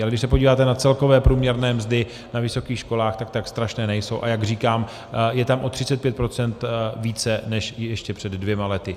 Ale když se podíváte na celkové průměrné mzdy na vysokých školách, tak tolik strašné nejsou, a jak říkám, je tam o 35 % více než ještě před dvěma lety.